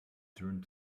turned